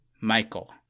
Michael